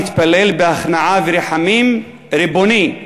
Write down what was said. והתפלל בהכנעה ורחמים: ריבוני,